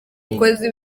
umukozi